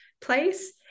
place